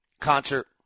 concert